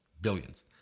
billions